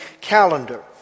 calendar